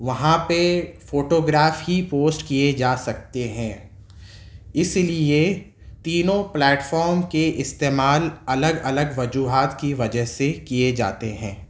وہاں پہ photograph ہی پوسٹ کیے جا سکتے ہیں اس لیے تینوں پلیٹفام کے استعمال الگ الگ وجوہات کی وجہ سے کیے جاتے ہیں